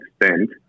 extent